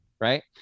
right